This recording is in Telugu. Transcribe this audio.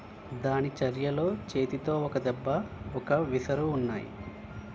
దాని చర్యలో చేతితో ఒక దెబ్బ ఒక విసరు ఉన్నాయి